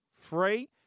Free